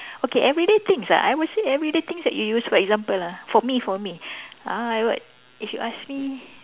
okay everyday things ah I would say everyday things that you use for example ah for me for me uh I would if you ask me